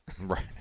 Right